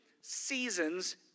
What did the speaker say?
seasons